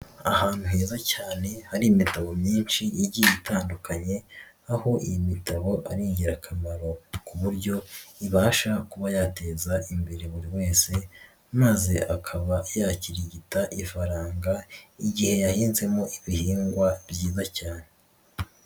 Ahantu heza cyane hari imitabo myinshi igiye itandukanye aho iyi mitabo ari ingirakamaro ku buryo ibasha kuba yateza imbere buri wese maze akaba yakirigita ifaranga igihe yahinzemo ibihingwa byiza cyane.